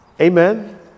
Amen